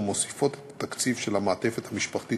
ומוסיפות את המרכיב של המעטפת המשפחתית